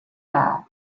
that